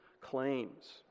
claims